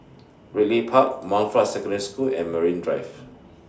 Ridley Park Montfort Secondary School and Marine Drive